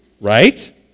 right